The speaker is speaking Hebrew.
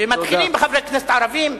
ומתחילים בחברי כנסת ערבים,